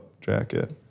jacket